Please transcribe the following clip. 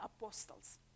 apostles